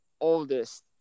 oldest